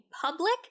public